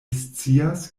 scias